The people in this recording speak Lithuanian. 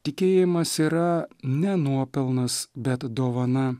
tikėjimas yra ne nuopelnas bet dovana